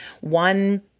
one-